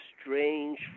strange